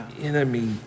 enemy